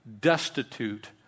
destitute